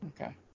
Okay